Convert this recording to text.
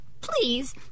Please